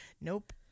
nope